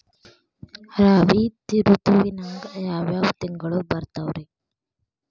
ರಾಬಿ ಋತುವಿನಾಗ ಯಾವ್ ಯಾವ್ ತಿಂಗಳು ಬರ್ತಾವ್ ರೇ?